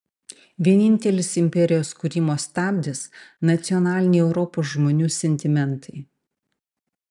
vienintelis imperijos kūrimo stabdis nacionaliniai europos žmonių sentimentai